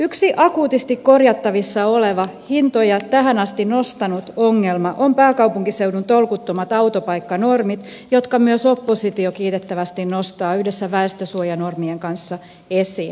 yksi akuutisti korjattavissa oleva hintoja tähän asti nostanut ongelma on pääkaupunkiseudun tolkuttomat autopaikkanormit jotka myös oppositio kiitettävästi nostaa yhdessä väetönsuojanormien kanssa esiin